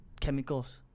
chemicals